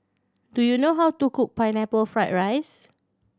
do you know how to cook Pineapple Fried rice